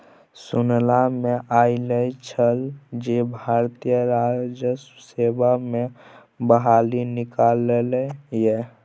सुनला मे आयल छल जे भारतीय राजस्व सेवा मे बहाली निकललै ये